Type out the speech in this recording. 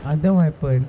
and then what happen